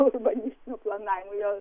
urbanistinio planavimo jau